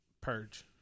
Purge